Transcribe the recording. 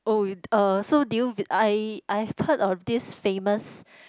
oh uh so did you vi~ I I've heard of this famous